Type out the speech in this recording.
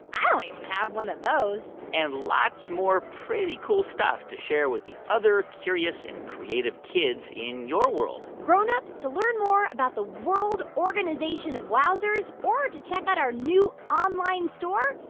i don't even have one of those. and lots lots more pretty cool stuff to share with the other curious and creative kids in your world grown-ups, to learn more about the world organization of wowzers or to check out our new online store,